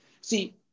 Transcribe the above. See